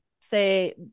say